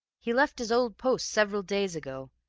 he left his old post several days ago,